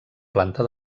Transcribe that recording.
planta